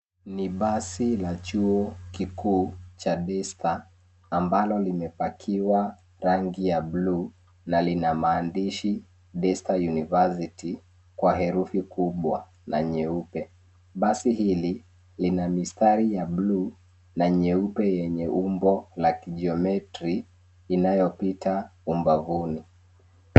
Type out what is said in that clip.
Ni basi la chuo kikuu cha Daystar[cs ambalo limepakiwa rangi ya bluu na lina maandishi Daystar University kwa herufi kubwa na nyeupe. Basi hili lina mistari ya bluu na nyeupe yenye umbo la kijiometri inayopita umbavuni.